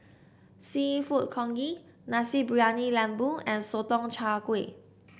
seafood congee Nasi Briyani Lembu and Sotong Char Kway